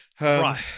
Right